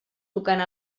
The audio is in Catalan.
tocant